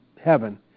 heaven